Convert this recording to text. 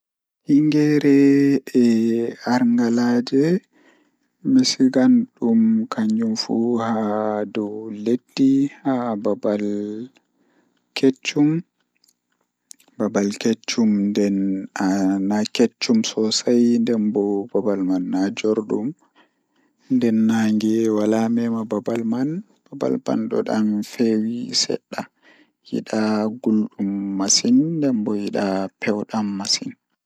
Ndeen, foti yi'ii nyaami e siwtiiɓe e lewle soowdi e tefnude haako ko laawol. Kono jooɗi nyaami e pottal huutore, haraande haako ndaari. Nyaami e siwtiiɓe foti tiiɗude soowdi moƴƴi. Siwtiiɓe ɗi naatataa e baɗte ɓernde, so foti jogi siwtiiɓe e laawol, sahan ka bonni.